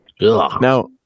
now